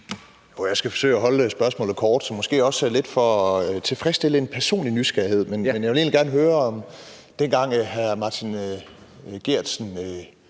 at gøre spørgsmålet kort. Måske også lidt for at tilfredsstille en personlig nysgerrighed vil jeg egentlig gerne høre: Dengang hr. Martin Geertsen